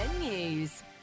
News